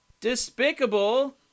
despicable